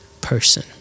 person